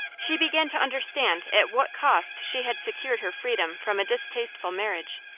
she began to understand at what cost she had secured her freedom from a distasteful marriage.